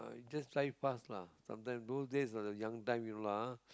just drive past lah sometimes those days the young time you know lah ah